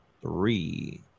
Three